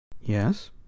Yes